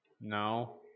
no